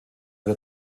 der